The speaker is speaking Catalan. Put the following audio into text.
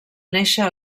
néixer